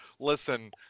Listen